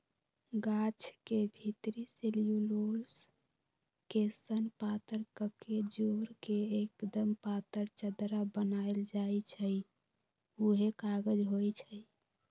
गाछ के भितरी सेल्यूलोस के सन पातर कके जोर के एक्दम पातर चदरा बनाएल जाइ छइ उहे कागज होइ छइ